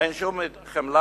אין שום חמלה?